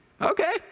Okay